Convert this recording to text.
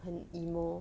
很 emo